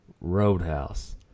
Roadhouse